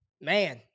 Man